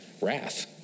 wrath